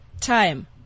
Time